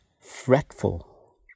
fretful